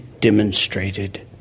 demonstrated